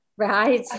right